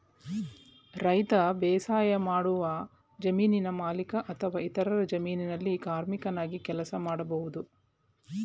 ರೈತ ಬೇಸಾಯಮಾಡುವ ಜಮೀನಿನ ಮಾಲೀಕ ಅಥವಾ ಇತರರ ಜಮೀನಲ್ಲಿ ಕಾರ್ಮಿಕನಾಗಿ ಕೆಲಸ ಮಾಡ್ಬೋದು